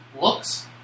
looks